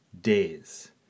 days